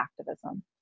activism